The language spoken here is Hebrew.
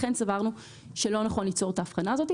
לכן סברנו שלא נכון ליצור את ההבחנה הזאת.